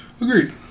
Agreed